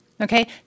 Okay